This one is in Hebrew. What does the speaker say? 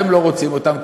אתם לא רוצים אותם,